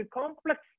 complex